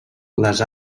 les